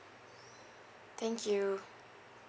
thank you